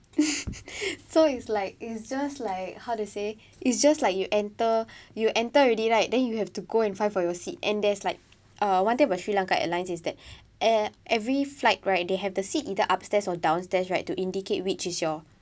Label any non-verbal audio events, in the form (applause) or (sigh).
(laughs) so it's like it's just like how to say it's just like you enter you enter already right then you have to go and find for your seat and there's like uh one thing about sri lanka airlines is that uh every flight right they have the seat either upstairs or downstairs right to indicate which is your